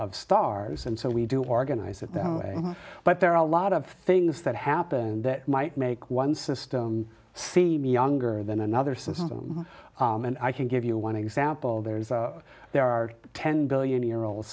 of stars and so we do organize it that way but there are a lot of things that happened that might make one system seem younger than another system and i can give you one example there's a there are ten billion year old